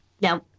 No